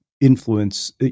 influence